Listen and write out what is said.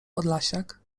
podlasiak